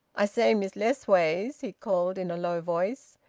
i say, miss lessways! he called in a low voice.